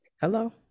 Hello